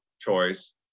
choice